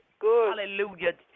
Hallelujah